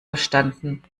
verstanden